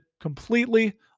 completely